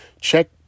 Check